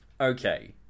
okay